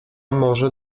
może